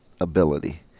ability